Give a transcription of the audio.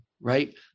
right